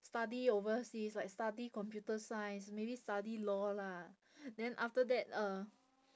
study overseas like study computer science maybe study study law lah then after that uh